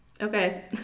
Okay